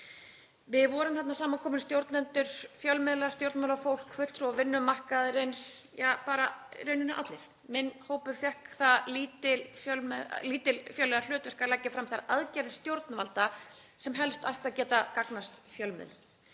Við vorum þarna samankomin, stjórnendur, fjölmiðlar, stjórnmálafólk, fulltrúar vinnumarkaðarins — ja, bara í rauninni allir. Minn hópur fékk það lítilfjörlega hlutverk að leggja fram þær aðgerðir stjórnvalda sem helst ættu að geta gagnast fjölmiðlum.